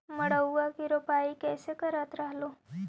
मड़उआ की रोपाई कैसे करत रहलू?